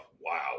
Wow